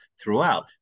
throughout